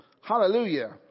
Hallelujah